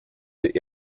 die